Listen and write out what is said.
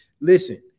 Listen